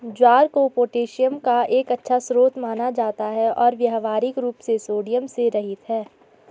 ज्वार को पोटेशियम का एक अच्छा स्रोत माना जाता है और व्यावहारिक रूप से सोडियम से रहित है